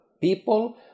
people